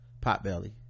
potbelly